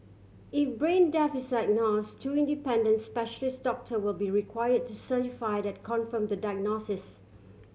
if brain death is diagnose two independent specialist doctor will be require to certify that confirm the diagnosis